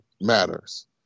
matters